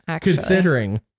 considering